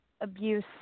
abuse